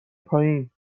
پایین